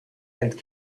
and